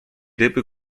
ryby